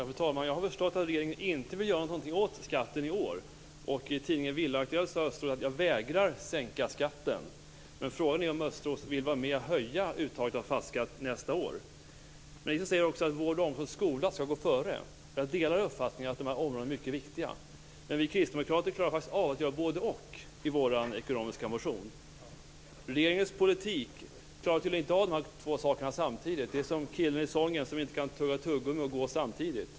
Fru talman! Jag har förstått att regeringen inte vill göra någonting åt skatten i år. I tidskriften Villa Aktuellt säger Östros: Jag vägrar sänka skatten. Men frågan är om Östros vill vara med om att höja uttaget av fastighetsskatt nästa år. Ministern säger också att vård, omsorg och skola skall gå före. Jag delar uppfattningen att de områdena är mycket viktiga, men vi kristdemokrater klarar faktiskt att göra både-och i vår ekonomiska motion. Regeringens politik klarar tydligen inte de här två sakerna samtidigt. Det påminner om en kille i en sång som inte kan tugga tuggummi och gå samtidigt.